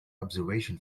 observation